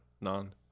None